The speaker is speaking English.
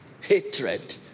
hatred